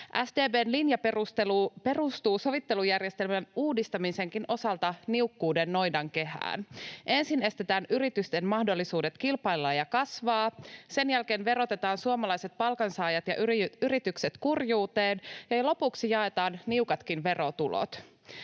SDP:n linja perustuu sovittelujärjestelmän uudistamisenkin osalta niukkuuden noidankehään. Ensin estetään yritysten mahdollisuudet kilpailla ja kasvaa, sen jälkeen verotetaan suomalaiset palkansaajat ja yritykset kurjuuteen, ja lopuksi jaetaan niukatkin verotulot.